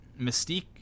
mystique